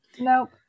Nope